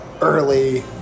early